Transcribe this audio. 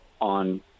on